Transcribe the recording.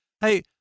Hey